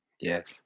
Yes